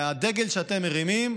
והדגל שאתם מרימים,